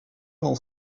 dans